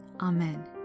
Amen